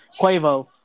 Quavo